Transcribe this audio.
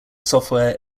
software